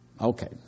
Okay